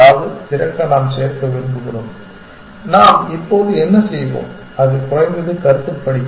அதாவது திறக்க நாம் சேர்க்க விரும்புகிறோம் நாம் இப்போது என்ன செய்வோம் அது குறைந்தது கருத்துப்படி